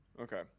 Okay